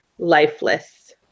lifeless